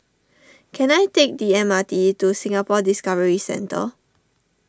can I take the M R T to Singapore Discovery Centre